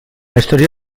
història